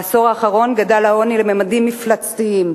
בעשור האחרון גדל העוני לממדים מפלצתיים: